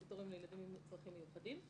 לילדים עם צרכים מיוחדים.